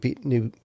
new